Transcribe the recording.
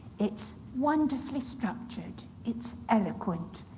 it's wonderfully structured, it's eloquent,